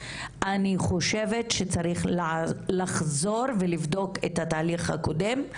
אני חושבת שצריך לחזור ולבדוק את התהליך הקודם,